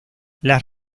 las